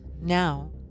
now